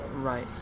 Right